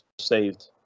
saved